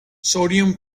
sodium